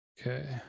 Okay